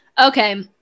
okay